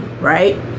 right